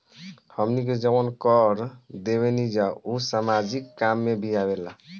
हमनी के जवन कर देवेनिजा उ सामाजिक काम में भी आवेला